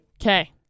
Okay